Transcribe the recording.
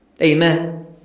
amen